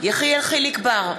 יחיאל חיליק בר,